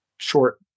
short